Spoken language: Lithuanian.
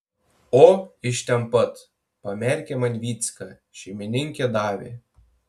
o iš ten pat pamerkė man vycka šeimininkė davė